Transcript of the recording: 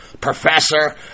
professor